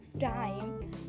time